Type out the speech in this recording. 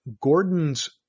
Gordon's